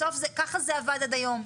בסוף זה, ככה זה עבד עד היום.